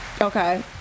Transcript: Okay